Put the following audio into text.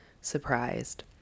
surprised